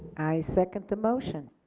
i second the motion.